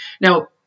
Now